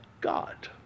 God